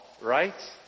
right